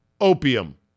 opium